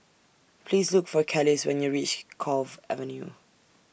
Please Look For Kelis when YOU REACH Cove Avenue